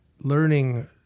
learning